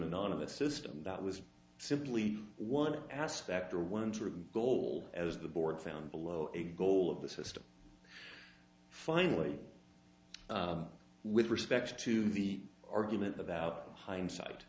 anonymous system that was simply one aspect or one true goal as the board found below a goal of the system finally with respect to the argument about hindsight